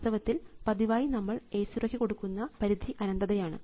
വാസ്തവത്തിൽ പതിവായി നമ്മൾ A 0 ക്ക് എടുക്കുന്ന പരിധി അനന്തതയാണ്